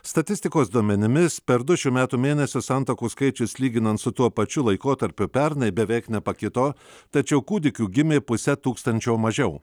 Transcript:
statistikos duomenimis per du šių metų mėnesius santuokų skaičius lyginant su tuo pačiu laikotarpiu pernai beveik nepakito tačiau kūdikių gimė puse tūkstančio mažiau